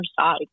side